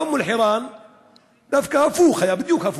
באום-אלחיראן דווקא הפוך היה, בדיוק הפוך: